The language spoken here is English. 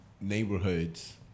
neighborhoods